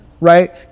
Right